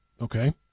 Okay